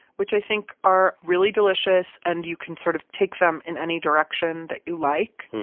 which i think are really delicious. and you can sort of take them in any direction that you like.